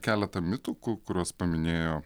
keletą mitų ku kuriuos paminėjo